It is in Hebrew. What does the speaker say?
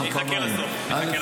אתקן אותך פעמיים: א.